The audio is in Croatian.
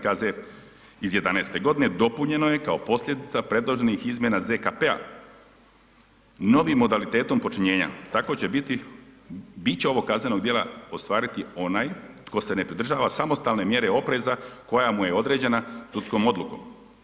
KZ iz 2011. godine dopunjeno je kao posljedica predloženih izmjena ZKP-a novim modalitetom počinjenja, tako će biti biće ovog kaznenog djela ostvariti onaj tko se ne pridržava samostalne mjere opreza koja mu je određena sudskom odlukom.